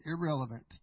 irrelevant